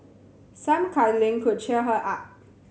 some cuddling could cheer her up